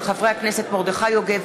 מאת חברי הכנסת מרדכי יוגב,